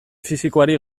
fisikoari